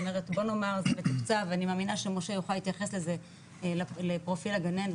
בוא נאמר שזה מתוקצב אני מאמינה שמשה יוכל להתייחס לזה לפרופיל הגן.